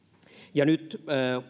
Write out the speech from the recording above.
nyt